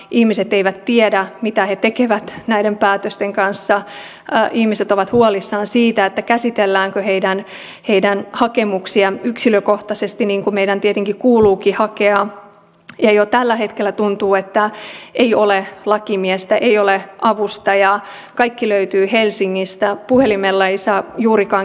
ihmiset eivät tiedä mitä he tekevät näiden päätösten kanssa ihmiset ovat huolissaan siitä käsitelläänkö heidän hakemuksiaan yksilökohtaisesti niin kuin meidän tietenkin kuuluukin käsitellä ja jo tällä hetkellä tuntuu että ei ole lakimiestä ei ole avustajaa kaikki löytyy helsingistä puhelimella ei saa juurikaan ketään kiinni